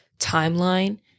timeline